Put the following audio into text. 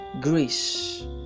grace